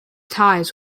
ties